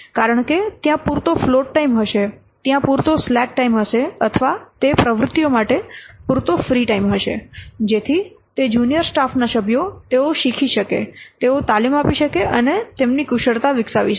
કારણ કે ત્યાં પૂરતો ફ્લોટ ટાઇમ હશે ત્યાં પૂરતો સ્લેક ટાઇમ હશે અથવા તે પ્રવૃત્તિઓ માટે પૂરતો ફ્રી ટાઇમ હશે જેથી તે જુનિયર સ્ટાફના સભ્યો તેઓ શીખી શકે તેઓ તાલીમ આપી શકે અને તેઓ તેમની કુશળતા વિકસાવી શકે